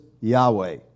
Yahweh